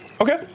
Okay